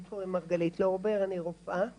לי קוראים מרגלית לורבר, אני רופאה מחיפה,